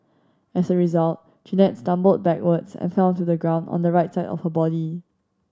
as a result Jeannette stumbled backwards and fell to the ground on the right side of her body